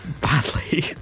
badly